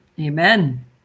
Amen